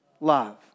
love